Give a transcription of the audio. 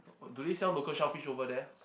do they sell local shellfish over there